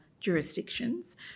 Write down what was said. jurisdictions